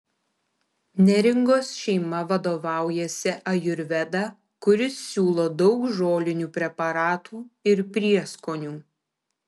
neringos šeima vadovaujasi ajurveda kuri siūlo daug žolinių preparatų ir prieskonių